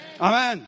Amen